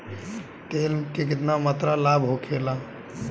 तेल के केतना मात्रा लाभ होखेला?